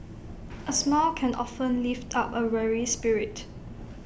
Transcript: A smile can often lift up A weary spirit